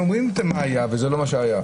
הם אומרים מה היה, וזה לא מה שהיה.